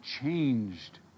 changed